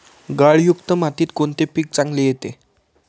गाळयुक्त मातीत कोणते पीक चांगले येते?